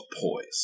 poise